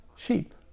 sheep